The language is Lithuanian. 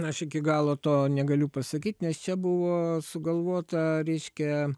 aš iki galo to negaliu pasakyt nes čia buvo sugalvota reiškia